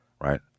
right